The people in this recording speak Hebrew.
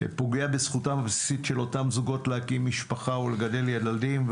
ופוגע בזכותם הבסיסית של אותם זוגות להקים משפחה ולגדל ילדים,